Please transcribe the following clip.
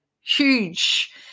huge